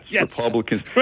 Republicans